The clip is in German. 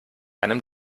einem